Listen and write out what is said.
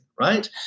right